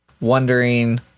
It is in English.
wondering